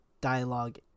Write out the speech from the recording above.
dialogue